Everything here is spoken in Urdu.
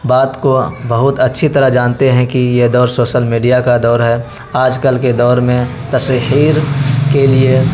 بات کو بہت اچھی طرح جانتے ہیں کہ یہ دور شوشل میڈیا کا دور ہے آج کل کے دور میں تشہیر کے لیے